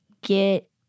get